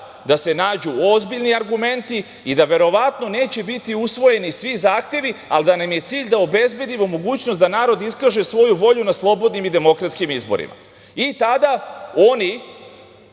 da se nađu ozbiljni argumenti i da verovatno neće biti usvojeni svi zahtevi, ali da nam je cilj da obezbedimo mogućnost da narod iskaže svoju volju na slobodnim i demokratskim izborima. Tada se